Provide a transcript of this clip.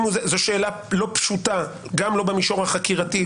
זו שאלה לא פשוטה גם לא במישור החקירתי,